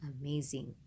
Amazing